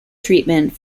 treatment